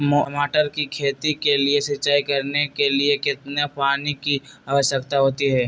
टमाटर की खेती के लिए सिंचाई करने के लिए कितने पानी की आवश्यकता होती है?